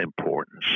importance